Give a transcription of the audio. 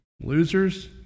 Losers